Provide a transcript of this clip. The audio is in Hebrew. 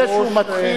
לפני שהוא מתחיל,